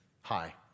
Hi